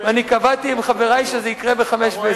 ואני קבעתי עם חברי שזה יקרה ב-05:20.